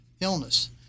illness